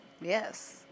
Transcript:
Yes